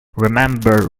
remember